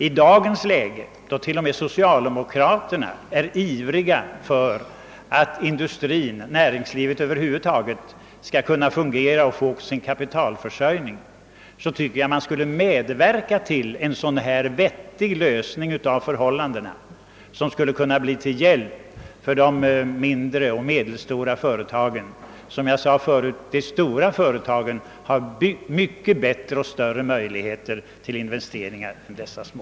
I dagens läge, då till och med socialdemokraterna är ivriga för att industrin och näringslivet över huvud taget skall kunna fungera och få sin kapitalförsörjning, tycker jag att man skall medverka till en sådan här vettig lösning, som skulle kunna bli till hjälp för de mindre och medelstora företagen. Som jag förut sade, har de sto ra företagen mycket bättre och större möjligheter till investeringar än de små.